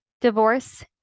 Divorce